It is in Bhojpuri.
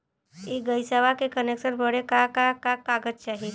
इ गइसवा के कनेक्सन बड़े का का कागज चाही?